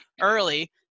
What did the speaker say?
early